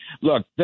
Look